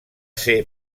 ser